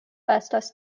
estas